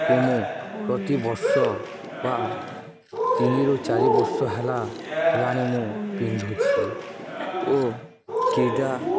କୁ ମୁଁ ପ୍ରତିବର୍ଷ ବା ତିନିରୁ ଚାରି ବର୍ଷ ହେଲା ହେଲାଣି ମୁଁ ପିନ୍ଧୁଛି ଓ କ୍ରୀଡ଼ା